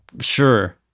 sure